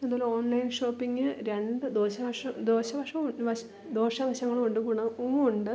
അതുപോലെ online shopping രണ്ട് ദോഷവശവും ദോഷവശവും ദോഷവശങ്ങളും ഉണ്ട് ഗുണവും ഉണ്ട്